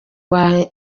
mwanya